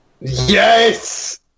Yes